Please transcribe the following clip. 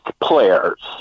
players